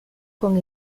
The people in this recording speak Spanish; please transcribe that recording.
con